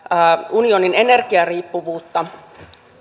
unionin energiariippuvuutta